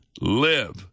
live